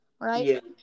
Right